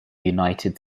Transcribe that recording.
united